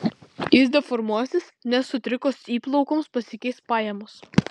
jis deformuosis nes sutrikus įplaukoms pasikeis pajamos